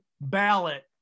ballot